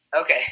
Okay